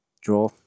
draw